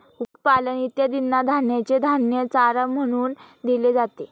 कुक्कुटपालन इत्यादींना धान्याचे धान्य चारा म्हणून दिले जाते